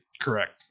Correct